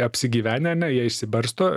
apsigyvenę ane jie išsibarsto